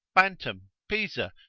bantam, pisa,